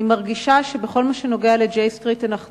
אני מרגישה שבכל מה שנוגע ל- J Streetאנחנו